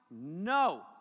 No